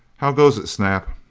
how goes it, snap?